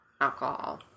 alcohol